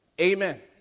Amen